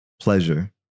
pleasure